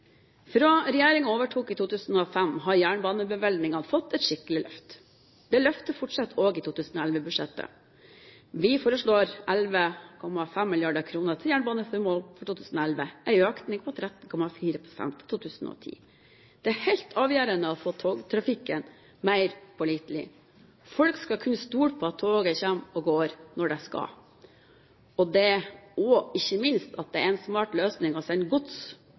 Fra regjeringen overtok i 2005, har jernbanebevilgningene fått et skikkelig løft. Det løftet fortsetter også i 2011-budsjettet. Vi foreslår 11,5 mrd. kr til jernbaneformål i 2011, en økning på 13,4 pst. fra 2010. Det er helt avgjørende å få togtrafikken mer pålitelig. Folk skal kunne stole på at toget kommer og går når det skal, og det er ikke minst en smart løsning å sende gods